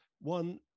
One